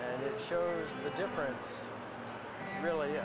and shows the difference really